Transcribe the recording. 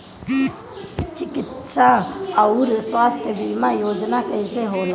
चिकित्सा आऊर स्वास्थ्य बीमा योजना कैसे होला?